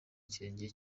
ikirenge